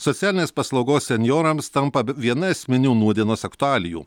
socialinės paslaugos senjorams tampa viena esminių nūdienos aktualijų